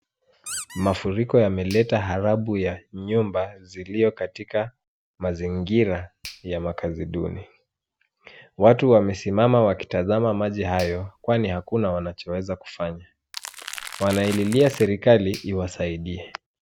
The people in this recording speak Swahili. Mafuriko yameleta harabu ya nyumba ziliokatika mazingira ya makazi duni. Watu wamesimama wakitazama maji hayo kwani hakuna wanachoweza kufanya. Wanaililia serikali iwasaidie.